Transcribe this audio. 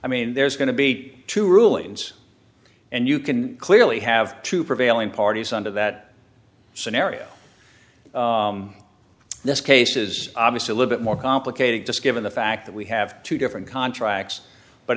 i mean there's going to be two rulings and you can clearly have two prevailing parties under that scenario this case is obviously a little bit more complicated just given the fact that we have two different contracts but